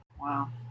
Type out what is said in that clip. wow